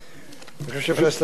אני חושב שאפשר להסתפק בתשובה זו.